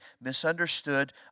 misunderstood